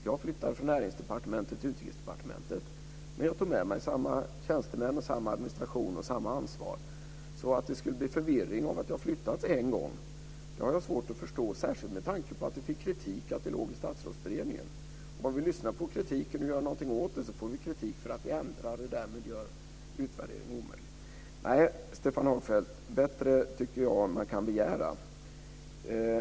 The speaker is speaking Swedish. Jag flyttade från Näringsdepartementet till Utrikesdepartementet, men jag tog med mig samma tjänstemän, samma administration och samma ansvar. Att det skulle bli förvirring av att detta har flyttats en gång har jag alltså svårt att förstå - särskilt med tanke på att det kom kritik för att det låg hos Statsrådsberedningen. När vi lyssnar på kritiken och gör någonting åt den får vi kritik för att vi ändrar och därmed gör utvärdering omöjlig. Nej, Stefan Hagfeldt, bättre tycker jag att man kan begära.